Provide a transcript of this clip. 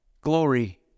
glory